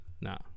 No